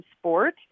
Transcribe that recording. sport